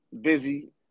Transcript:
Busy